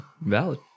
valid